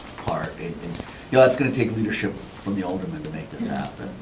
part. and and yeah that's gonna take leadership from the alderman to make this happen,